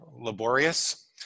laborious